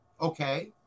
okay